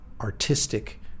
artistic